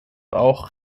auch